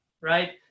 right